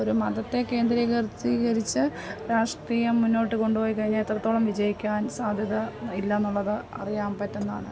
ഒരു മതത്തെ കേന്ദ്രീകരിച്ച് കരിച്ച് രാഷ്ട്രീയം മുന്നോട്ട് കൊണ്ടുപോയി കഴിഞ്ഞാൽ എത്രത്തോളം വിജയിക്കാൻ സാധ്യത ഇല്ലാന്നുള്ളത് അറിയാൻ പറ്റുന്നതാണ്